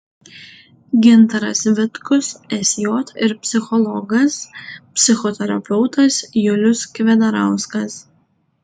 gintaras vitkus sj ir psichologas psichoterapeutas julius kvedarauskas